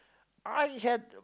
I had